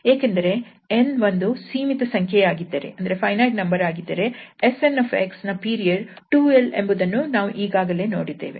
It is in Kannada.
ಏಕೆಂದರೆ 𝑛 ಒಂದು ಸೀಮಿತ ಸಂಖ್ಯೆ ಯಾಗಿದ್ದರೆ 𝑆𝑛𝑥 ನ ಪೀರಿಯಡ್ 2𝑙 ಎಂಬುದನ್ನು ನಾವು ಈಗಾಗಲೇ ನೋಡಿದ್ದೇವೆ